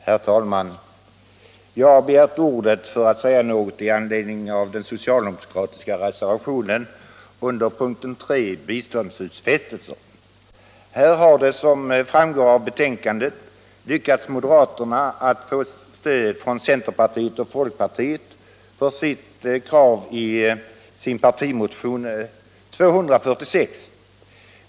Herr talman! Jag har begärt ordet för att säga något i anledning av den socialdemokratiska reservationen vid punkten 3, Biståndsutfästelser. Som framgår av utskottsbetänkandet har det lyckats moderaterna att få stöd från centerpartiet och folkpartiet för kravet i sin partimotion 246.